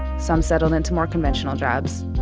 some settled into more conventional jobs.